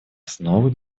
основы